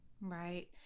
right